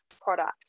product